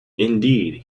indeed